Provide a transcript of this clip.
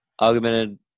augmented